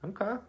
Okay